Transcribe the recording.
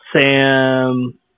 Sam